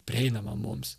prieinama mums